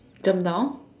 jump down